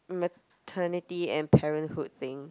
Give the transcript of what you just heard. maternity and parenthood thing